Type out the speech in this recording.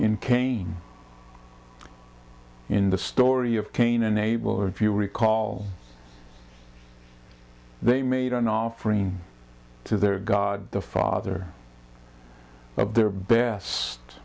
in cain in the story of cain and abel if you recall they made an offering to their god the father of their best